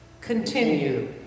Continue